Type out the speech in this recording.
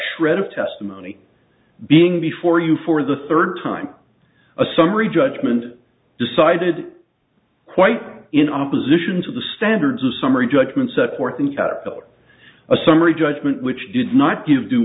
shred of testimony being before you for the third time a summary judgment decided quite in opposition to the standards of summary judgment set forth in caterpiller a summary judgment which did not give d